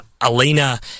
Alina